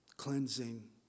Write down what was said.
cleansing